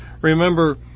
Remember